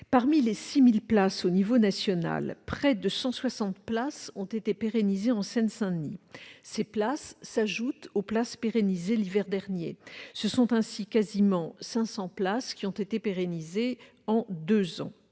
Parmi les 6 000 places au niveau national, près de 160 ont été pérennisées en Seine-Saint-Denis. Ces places s'ajoutent aux places pérennisées l'hiver dernier. Ce sont ainsi quasiment 500 places qui ont été pérennisées en deux ans.